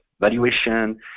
valuation